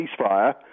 ceasefire